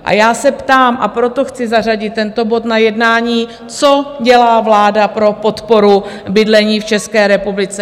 A já se ptám, a proto chci zařadit tento bod na jednání, co dělá vláda pro podporu bydlení v České republice?